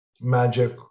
magic